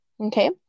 Okay